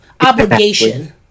obligation